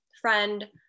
friend